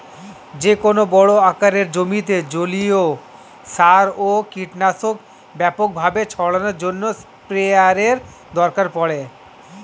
যেকোনো বড় আকারের জমিতে জলীয় সার ও কীটনাশক ব্যাপকভাবে ছড়ানোর জন্য স্প্রেয়ারের দরকার পড়ে